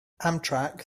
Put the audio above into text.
amtrak